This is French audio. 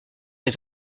les